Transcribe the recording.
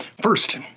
first